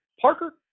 Parker